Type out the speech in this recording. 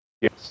Yes